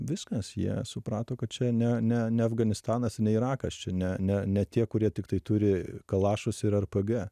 viskas jie suprato kad čia ne ne ne afganistanas ir ne irakas čia ne ne ne tie kur jie tiktai turi kalašus ir rpg